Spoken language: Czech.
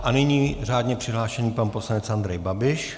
A nyní řádně přihlášený pan poslanec Andrej Babiš.